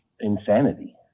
insanity